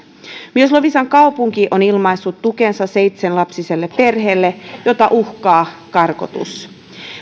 myös loviisan kaupunki on ilmaissut tukensa seitsenlapsiselle perheelle jota uhkaa karkotus